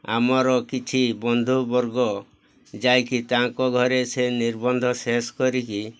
ଆମର କିଛି ବନ୍ଧୁବର୍ଗ ଯାଇକି ତାଙ୍କ ଘରେ ସେ ନିର୍ବନ୍ଧ ଶେଷ କରିକି